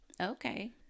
Okay